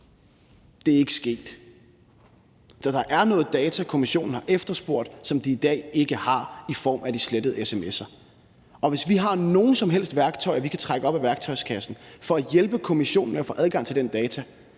Det er ikke sket. Så der er noget data, kommissionen har efterspurgt, som de i dag ikke har – i form af de slettede sms'er. Og hvis vi har nogen som helst værktøjer, vi kan trække op af værktøjskassen for at hjælpe kommissionen med at få adgang til den data,